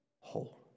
whole